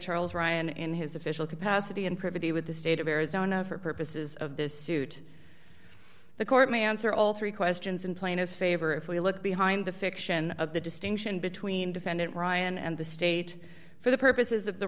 charles ryan in his official capacity in privity with the state of arizona for purposes of this suit the court may answer all three questions in plain his favor if we look behind the fiction of the distinction between defendant ryan and the state for the purposes of the